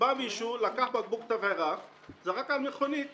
בא מישהו, לקח בקבוק תבערה, זרק על מכונית.